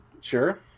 sure